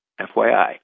FYI